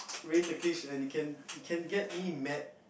really ticklish and it can it can get me mad